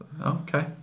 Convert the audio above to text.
Okay